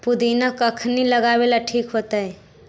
पुदिना कखिनी लगावेला ठिक होतइ?